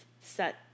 set